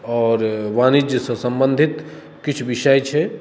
आओर वाणिज्यसँ सम्बन्धित किछु विषय छै